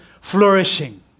flourishing